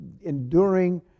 enduring